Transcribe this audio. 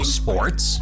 sports